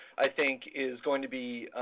i think, is going to be